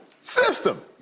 system